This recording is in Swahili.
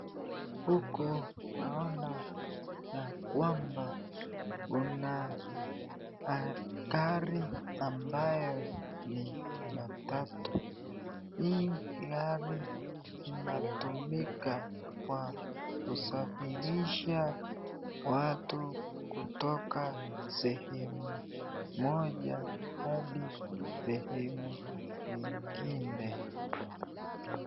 Huku naona ya kwamba kuna gari ambayo ni matatu. Hii gari inatumika kwa kusafirisha watu kutoka sehemu moja hadi sehemu nyingine.